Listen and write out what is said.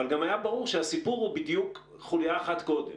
אבל גם היה ברור שהסיפור הוא בדיוק חוליה אחת קודם.